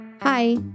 Hi